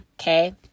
Okay